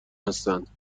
هستند